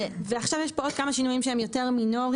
עכשיו יש פה עוד כמה שינויים שהם יותר מינוריים,